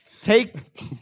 Take